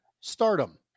stardom